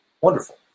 Wonderful